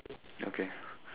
okay